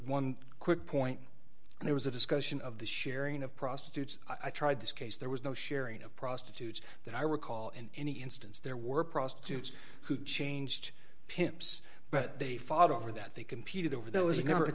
one quick point and there was a discussion of the sharing of prostitutes i tried this case there was no sharing of prostitutes that i recall in any instance there were prostitutes who changed pimps but they fought over that they competed over there was never